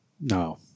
No